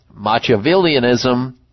Machiavellianism